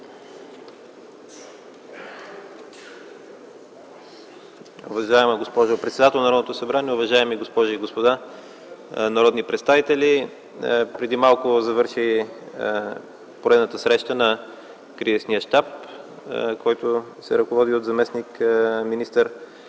Уважаема госпожо председател на Народното събрание, уважаеми госпожи и господа народни представители! Преди малко завърши поредната среща на кризисния щаб, който се ръководи от заместник министър